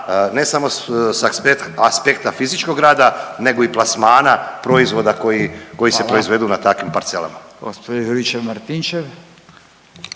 ne samo sa aspekta fizičkog rada, nego i plasmana proizvoda koji se proizvedu na takvim parcelama.